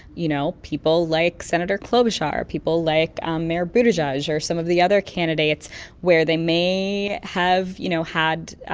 you know, people like senator klobuchar, people like um mayor buttigieg or some of the other candidates where they may have, you know, had